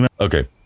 Okay